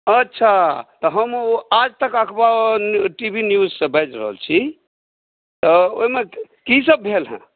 अच्छा तऽ हम ओ आज तक अखबार टी वी न्युज से बाजि रहल छी तऽ ओहिमे की सभ भेल हँ